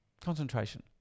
concentration